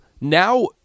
now